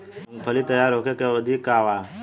मूँगफली तैयार होखे के अवधि का वा?